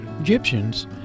Egyptians